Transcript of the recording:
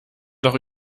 doch